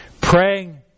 Praying